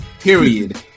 period